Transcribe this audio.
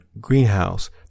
greenhouse